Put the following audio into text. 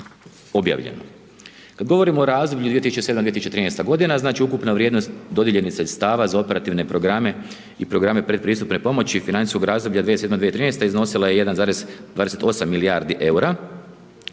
Kad govorimo o razdoblju 2007.g., 2013.g., znači, ukupna vrijednost dodijeljenih sredstava za operativne programe i programe pred pristupne pomoći financijskog razdoblja 2007., 2013. iznosila je 1,28 milijardi EUR-a,